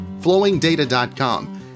FlowingData.com